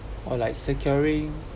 or like securing